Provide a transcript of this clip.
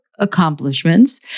accomplishments